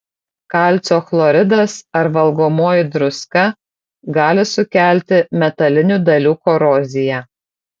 kalcio chloridas ar valgomoji druska gali sukelti metalinių dalių koroziją